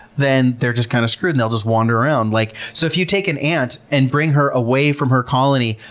then they're just kind of screwed. they'll just wander around. like so if you take an ant and bring her away from her colony,